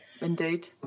Indeed